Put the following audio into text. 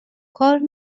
کار